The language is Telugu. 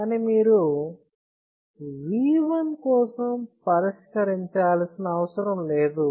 కానీ మీరు V1 కోసం పరిష్కరించాల్సిన అవసరం లేదు